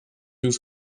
yüz